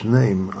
name